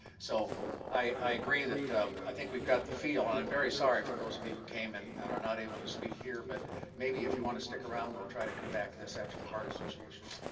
so i agree that um i think we've got the feel. and i'm very sorry for those of you who came and and are not able to speak here. but maybe if you want to stick around, we'll try to come back to this after the heart association.